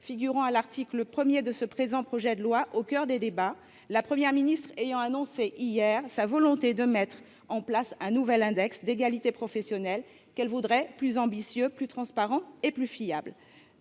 abordée à l’article 1 du présent projet de loi, au cœur des débats. La Première ministre a en effet annoncé hier sa volonté de mettre en place un « nouvel index d’égalité professionnelle » qu’elle voudrait « plus ambitieux, plus transparent, plus fiable